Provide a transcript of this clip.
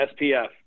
SPF